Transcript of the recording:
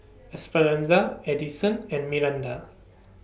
Esperanza Edison and Myranda